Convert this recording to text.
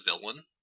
villain